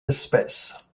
espèces